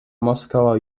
moskauer